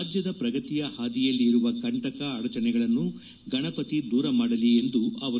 ರಾಜ್ಞದ ಪ್ರಗತಿಯ ಹಾದಿಯಲ್ಲಿ ಇರುವ ಕಂಟಕ ಅಡಚಣೆಗಳನ್ನು ಗಣಪತಿ ದೂರ ಮಾಡಲಿ ಎಂದರು